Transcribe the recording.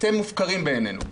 אתם מופקרים בעינינו.